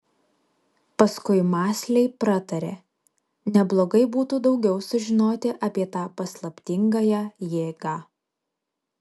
paskui mąsliai pratarė neblogai būtų daugiau sužinoti apie tą paslaptingąją jėgą